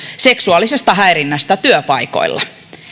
seksuaalisesta häirinnästä työpaikoilla